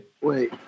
Wait